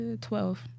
Twelve